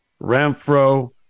Ramfro